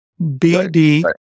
BD